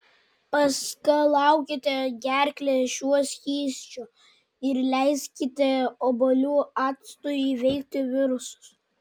paskalaukite gerklę šiuo skysčiu ir leiskite obuolių actui įveikti virusus